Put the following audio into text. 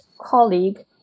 colleague